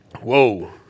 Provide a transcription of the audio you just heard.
whoa